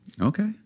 Okay